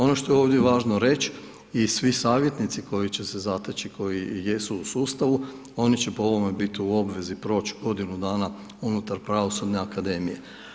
Ono što je ovdje važno reći i svi savjetnici, koji će se zateći, koji jesu u sustavu, oni će po ovome biti u obvezi proći godinu dana unutar pravosudne akademije.